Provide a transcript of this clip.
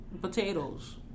potatoes